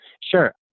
Sure